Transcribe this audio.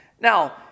Now